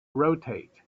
rotate